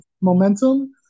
momentum